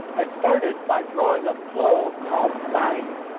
i started by drawing a flow called dying.